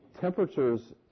temperatures